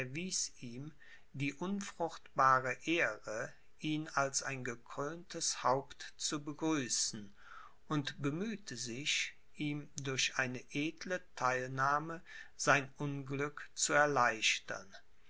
ihm die unfruchtbare ehre ihn als ein gekröntes haupt zu begrüßen und bemühte sich ihm durch eine edle teilnahme sein unglück zu erleichtern